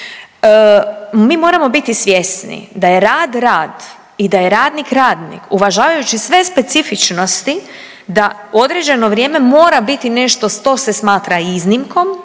Mi moramo biti svjesni da je rad rad i da je radnik radnik uvažavajući sve specifičnosti da određeno vrijeme mora biti nešto što se smatra iznimkom